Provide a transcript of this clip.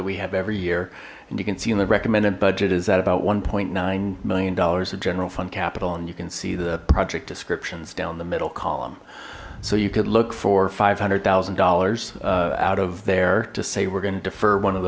that we have every year and you can see in the recommended budget is at about one nine million dollars of general fund capital and you can see the project descriptions down the middle column so you could look for five hundred thousand dollars out of there to say we're gonna defer one of